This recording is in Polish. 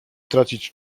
tracić